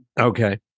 Okay